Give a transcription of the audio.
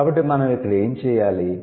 కాబట్టి మనం ఇక్కడ ఏమి చేయాలి